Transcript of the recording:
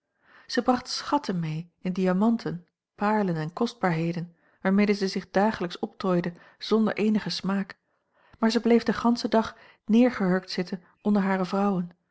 zij bracht schatten mee in diamanten paarlen en kostbaarheden waarmede zij zich dagelijks optooide zonder eenigen smaak maar zij bleef den ganschen dag neergehurkt zitten onder hare vrouwen